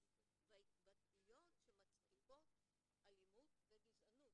ובהתבטאויות שמצדיקות אלימות וגזענות.